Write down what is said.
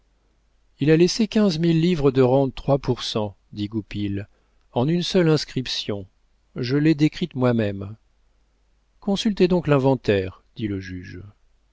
il a laissé quinze mille livres de rente trois pour cent dit goupil en une seule inscription je l'ai décrite moi-même consultez donc l'inventaire dit le juge